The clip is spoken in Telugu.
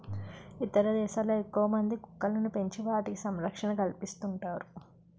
ఇతర దేశాల్లో ఎక్కువమంది కుక్కలను పెంచి వాటికి సంరక్షణ కల్పిస్తుంటారు